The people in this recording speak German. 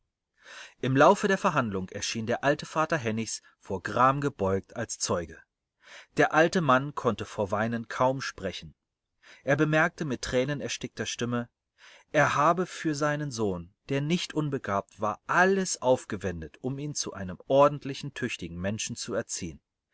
im laufe der verhandlung erschien der alte vater hennigs vor gram gebeugt als zeuge der alte mann konnte vor weinen kaum sprechen er bemerkte mit tränenerstickter stimme er habe für seinen sohn der nicht unbegabt war alles aufgewendet um ihn zu einem ordentlichen tüchtigen menschen zu erziehen